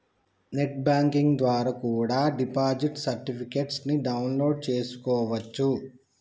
net banking ద్వారా కూడా deposit certificates ని డౌన్ లోడ్ చేస్కోవచ్చు